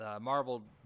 Marvel